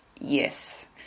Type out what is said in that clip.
yes